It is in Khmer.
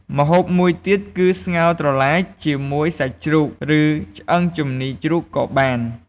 ម្ហូបមួយទៀតគឺស្ងោរត្រឡាចជាមួយសាច់ជ្រូក ឬឆ្អឹងជំនីជ្រូកក៏បាន។